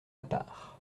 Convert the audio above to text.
part